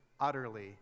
utterly